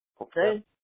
Okay